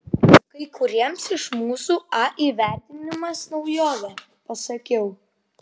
kai kuriems iš mūsų a įvertinimas naujovė pasakiau